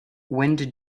wind